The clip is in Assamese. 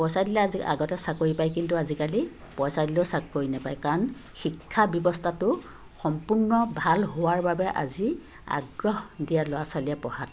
পইচা দিলে আজি আগতে চাকৰি পায় কিন্তু আজিকালি পইচা দিলেও চাকৰি নাপায় কাৰণ শিক্ষা ব্যৱস্থাটো সম্পূৰ্ণ ভাল হোৱাৰ বাবে আজি আগ্ৰহ দিয়া ল'ৰা ছোৱালীয়ে পঢ়াত